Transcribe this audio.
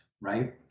right